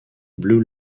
blue